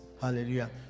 Hallelujah